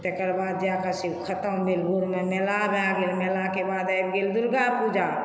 तकरबाद जा कऽ खतम भेल भोरमे मेला भए गेल मेलाके बाद आबि गेल दुर्गा पूजा